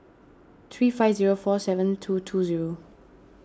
three five zero four seven two two zero